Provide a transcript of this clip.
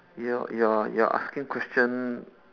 you're you're you're asking question